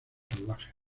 salvajes